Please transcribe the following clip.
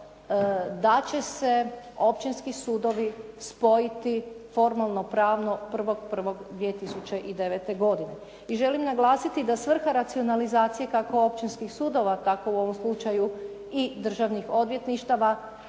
da će se općinski sudovi spojiti formalno-pravno 1.1.2009. godine i želim naglasiti da svrha racionalizacije kako općinskih sudova, tako u ovom slučaju i državnih odvjetništava